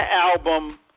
album